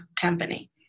company